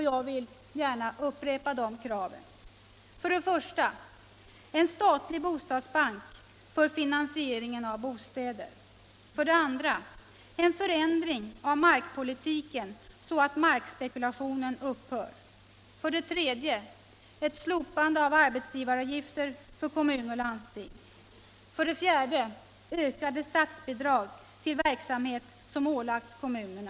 Jag vill gärna upprepa de kraven: En förändring av markpolitiken så att markspekulationen upphör. Ett slopande av arbetsgivaravgifterna för kommuner och landsting. Ökade statsbidrag till verksamhet som ålagts kommunerna.